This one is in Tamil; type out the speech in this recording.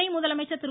துணை முதலமைச்சர் திரு